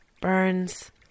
burns